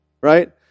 right